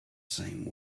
same